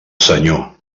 senyor